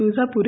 Tuljapur